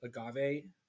Agave